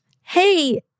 Hey